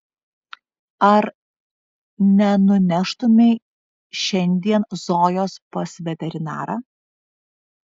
ar nenuneštumei šiandien zojos pas veterinarą